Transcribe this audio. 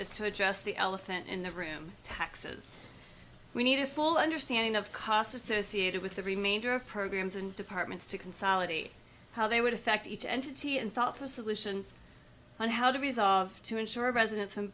is to address the elephant in the room taxes we need a full understanding of costs associated with the remainder of programs and departments to consolidate how they would affect each entity and thoughtful solutions on how to resolve to ensure residen